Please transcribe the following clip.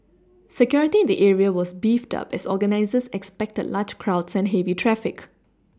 security in the area was beefed up as organisers expected large crowds and heavy traffic